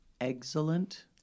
excellent